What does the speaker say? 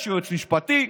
יש יועץ משפטי,